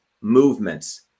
movements